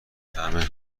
فهمه